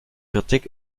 kritik